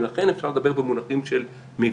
ולכן אפשר לדבר במונחים של מבצע.